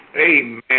Amen